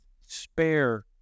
spare